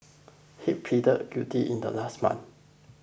head pleaded guilty in the last month